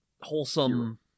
Wholesome